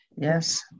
Yes